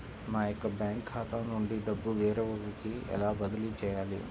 నా యొక్క బ్యాంకు ఖాతా నుండి డబ్బు వేరొకరికి ఎలా బదిలీ చేయాలి?